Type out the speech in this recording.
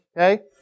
Okay